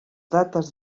dates